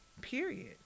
Period